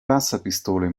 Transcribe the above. wasserpistole